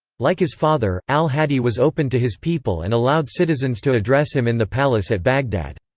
like his father, al-hadi was open to his people and allowed citizens to address him in the palace at baghdad.